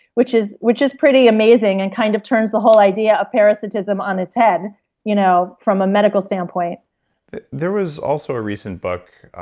which is which is pretty amazing and kind of turns the whole idea of parasitism on its head you know from a medical standpoint there was also a recent book.